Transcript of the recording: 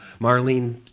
Marlene